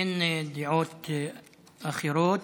אין דעות אחרות,